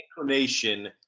inclination